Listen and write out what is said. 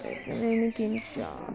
पैसाले नै किन्छौँ